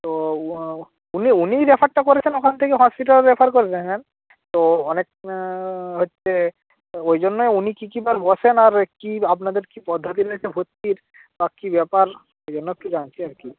তো উনি উনিই রেফারটা করেছেন ওখান থেকে হসপিটাল রেফার করে দেবেন তো অনেক হচ্ছে তা ওই জন্যই উনি কী কী বার বসেন আর কী আপনাদের কী পদ্ধতি রয়েছে ভর্তির বা কী ব্যাপার সে জন্য একটু জানছি আর কি